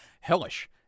Hellish